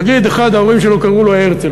נגיד, אחד, ההורים שלו קראו לו הרצל.